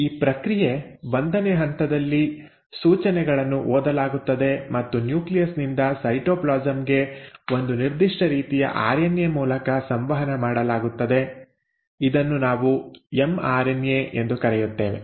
ಈ ಪ್ರಕ್ರಿಯೆ 1ನೇ ಹಂತದಲ್ಲಿ ಸೂಚನೆಗಳನ್ನು ಓದಲಾಗುತ್ತದೆ ಮತ್ತು ನ್ಯೂಕ್ಲಿಯಸ್ ನಿಂದ ಸೈಟೋಪ್ಲಾಸಂ ಗೆ ಒಂದು ನಿರ್ದಿಷ್ಟ ರೀತಿಯ ಆರ್ಎನ್ಎ ಮೂಲಕ ಸಂವಹನ ಮಾಡಲಾಗುತ್ತದೆ ಇದನ್ನು ನಾವು ಎಂಆರ್ಎನ್ಎ ಎಂದು ಕರೆಯುತ್ತೇವೆ